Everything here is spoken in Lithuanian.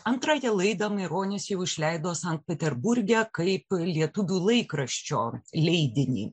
antrąją laidą maironis jau išleido sankt peterburge kaip lietuvių laikraščio leidinį